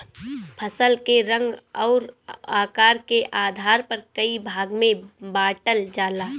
फसल के रंग अउर आकार के आधार पर कई भाग में बांटल जाला